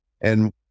and-